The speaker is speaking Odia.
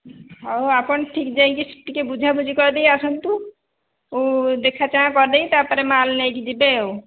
ହେଉ ଆପଣ ଠିକ୍ ଯାଇକି ଟିକେ ବୁଝା ବୁଝି କରିଦେଇ ଆସନ୍ତୁ ଦେଖା ଚାହାଁ କରିଦେଇ ତା ପରେ ମାଲ ନେଇକି ଯିବେ ଆଉ